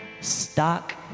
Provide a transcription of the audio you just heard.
stock